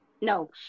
No